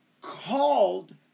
called